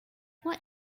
what